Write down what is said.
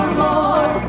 more